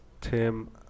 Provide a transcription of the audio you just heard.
Tim